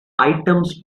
items